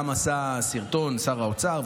הוא גם עשה סרטון שר האוצר,